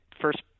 first